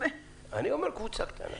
אני אומר קבוצה קטנה.